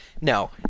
no